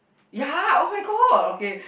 ya oh-my-god okay